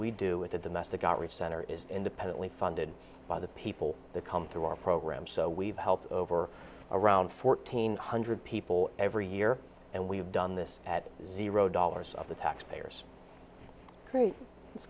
we do with a domestic got rich center is independently funded by the people that come through our program so we've helped over around fourteen hundred people every year and we've done this at zero dollars of the taxpayers create it's